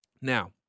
Now